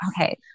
okay